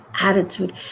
attitude